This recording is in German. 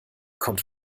kommt